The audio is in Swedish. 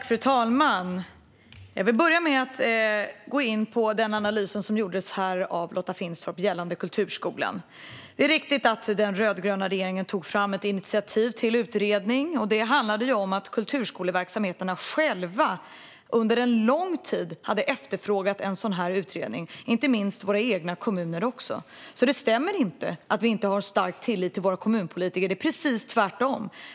Fru talman! Jag vill börja med att gå in på den analys som gjordes av Lotta Finstorp gällande kulturskolan. Det är riktigt att den rödgröna regeringen tog initiativ till en utredning. Kulturskoleverksamheterna hade själva under lång tid efterfrågat en sådan utredning, inte minst i våra egna kommuner. Det stämmer inte att vi inte har stark tillit till våra kommunpolitiker - det är precis tvärtom.